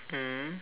mm